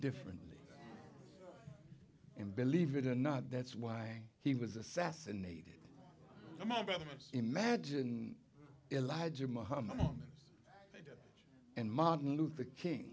differently and believe it or not that's why he was assassinated imagine elijah muhammad and martin luther king